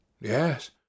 Yes